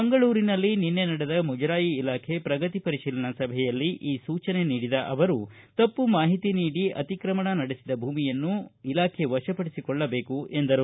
ಮಂಗಳೂರಿನಲ್ಲಿ ನಿನ್ನೆ ನಡೆದ ಮುಜರಾಯಿ ಇಲಾಖೆ ಪ್ರಗತಿ ಪರಿತೀಲನಾ ಸಭೆಯಲ್ಲಿ ಈ ಸೂಚನೆ ನೀಡಿದ ಅವರು ತಪ್ಪು ಮಾಹಿತಿ ನೀಡಿ ಅತಿಕ್ರಮಣ ನಡೆಸಿದ ಭೂಮಿಯನ್ನು ಇಲಾಖೆ ವಶಪಡಿಸಿಕೊಳ್ಳಬೇಕು ಎಂದರು